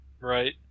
Right